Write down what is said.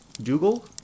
Dougal